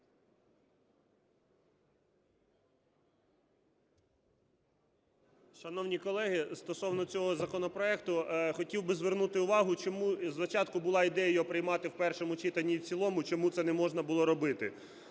Шановні колеги, стосовно цього законопроекту хотів би звернути увагу, чому спочатку була ідея його приймати в першому читанні і в цілому, чому це не можна було робити.